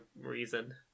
reason